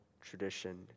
tradition